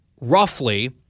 roughly